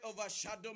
overshadow